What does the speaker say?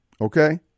Okay